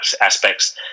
aspects